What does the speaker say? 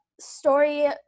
story